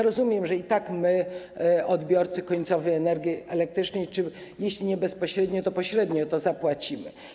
Rozumiem, że i tak my, odbiorcy końcowi energii elektrycznej, jeśli nie bezpośrednio, to pośrednio, za to zapłacimy.